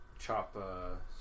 Chop